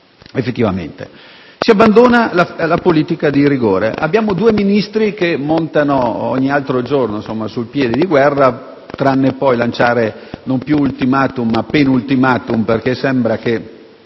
conosciamo. Si abbandona la politica di rigore. Abbiamo due Ministri che montano ogni giorno sul piede di guerra, salvo poi lanciare non più *ultimatum* ma *penultimatum,* perché sembra che